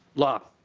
law.